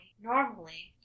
normally